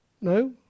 No